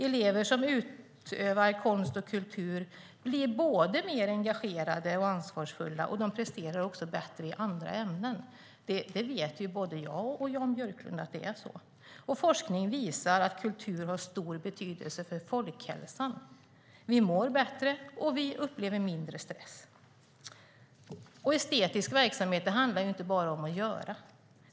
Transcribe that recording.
Elever som utövar konst och kultur blir både mer engagerade och mer ansvarsfulla. De presterar bättre i andra ämnen. Både jag och Jan Björklund vet att det är så. Och forskning visar att kultur har stor betydelse för folkhälsan. Vi mår bättre, och vi upplever mindre stress. Estetisk verksamhet handlar inte bara om att göra.